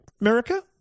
America